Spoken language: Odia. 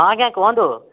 ହଁ ଆଜ୍ଞା କହନ୍ତୁ